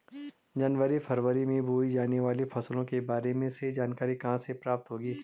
जनवरी फरवरी में बोई जाने वाली फसलों के बारे में सही जानकारी कहाँ से प्राप्त होगी?